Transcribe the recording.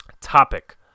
topic